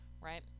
Right